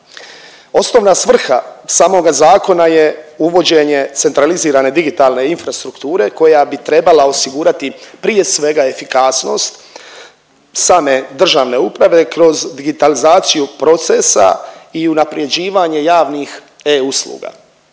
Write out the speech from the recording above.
Osnovna svrha samoga zakona je uvođenje centralizirane, digitalne infrastrukture koja bi trebala osigurati prije svega efikasnost same državne uprave kroz digitalizaciju procesa i unapređivanje javnih e-usluga.